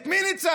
את מי ניצחת?